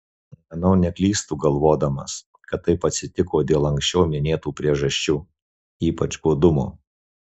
manau neklystu galvodamas kad taip atsitiko dėl anksčiau minėtų priežasčių ypač godumo